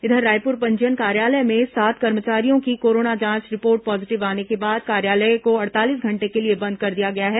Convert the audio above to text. इधर रायपूर पंजीयन कार्यालय में सात कर्मचारियों की कोरोना जांच रिपोर्ट पॉजीटिव आने के बाद कार्यालय को अड़तालीस घंटे के लिए बंद कर दिया गया है